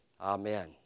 Amen